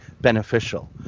beneficial